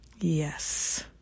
Yes